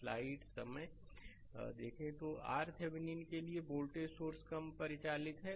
slide समय देखें 1037 तोRThevenin के लिए कि वोल्टेज स्रोत कम परिचालित है